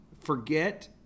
forget